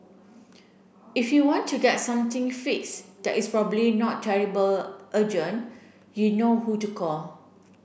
if you want to get something fixed that is probably not terrible urgent you know who to call